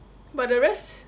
but the rest